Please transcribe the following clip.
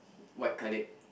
white colour